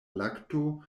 lakto